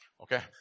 okay